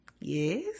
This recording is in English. yes